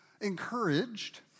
encouraged